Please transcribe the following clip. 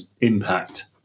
impact